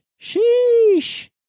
Sheesh